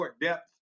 depth